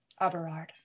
Aberard